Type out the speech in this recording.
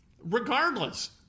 regardless